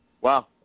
Wow